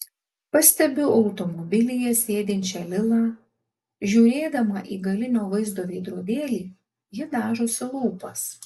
pastebiu automobilyje sėdinčią lilą žiūrėdama į galinio vaizdo veidrodėlį ji dažosi lūpas